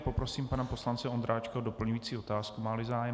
Poprosím pana poslance Ondráčka o doplňující otázku, máli zájem.